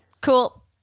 cool